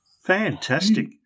Fantastic